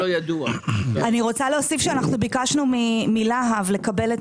אני רוצה להוסיף שביקשנו מלה"ב לקבל את